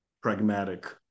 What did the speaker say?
pragmatic